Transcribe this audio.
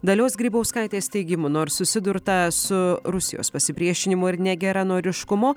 dalios grybauskaitės teigimu nors susidurta su rusijos pasipriešinimu ir negeranoriškumu